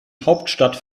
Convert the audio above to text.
hauptstadt